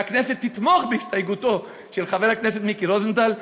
והכנסת תתמוך בהסתייגותו של חבר הכנסת מיקי רוזנטל,